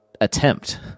attempt